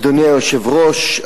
אדוני היושב-ראש,